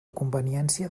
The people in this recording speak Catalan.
conveniència